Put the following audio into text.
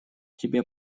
тебе